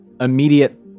immediate